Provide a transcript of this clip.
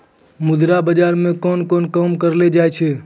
मुद्रा बाजार मे कोन कोन काम करलो जाय छै